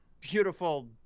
beautiful